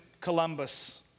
Columbus